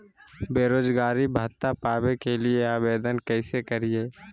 बेरोजगारी भत्ता पावे के लिए आवेदन कैसे करियय?